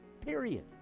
Period